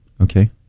Okay